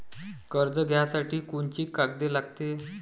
कर्ज घ्यासाठी कोनची कागद लागते?